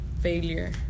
failure